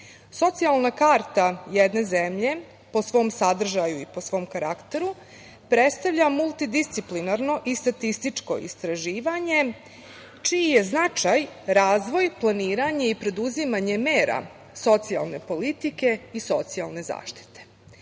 godine. Socijalna karta jedne zemlje po svom sadržaju i po svom karakteru predstavlja multidisciplinarno i statističko istraživanje čiji je značaj razvoj, planiranje i preduzimanje mera socijalne politike i socijalne zaštite. Cilj